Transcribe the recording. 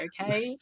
Okay